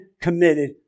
committed